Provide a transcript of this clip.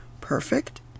perfect